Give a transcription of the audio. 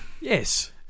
Yes